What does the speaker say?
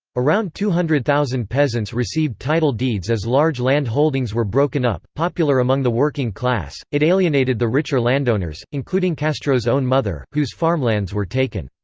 around two hundred thousand peasants received title deeds as large land holdings were broken up popular among the working class, it alienated the richer landowners, including castro's own mother, whose farmlands were taken.